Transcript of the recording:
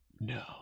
No